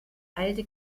alte